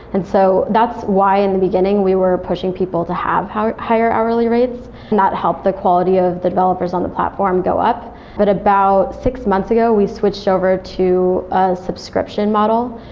and so that's why in the beginning, we were pushing people to have higher hourly rates, not help the quality of the developers on the platform go up but about six months ago, we switched over to a subscription model.